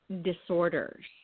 disorders